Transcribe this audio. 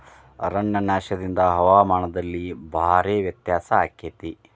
ಅರಣ್ಯನಾಶದಿಂದ ಹವಾಮಾನದಲ್ಲಿ ಭಾರೇ ವ್ಯತ್ಯಾಸ ಅಕೈತಿ